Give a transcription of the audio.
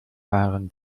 waren